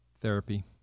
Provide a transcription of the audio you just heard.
therapy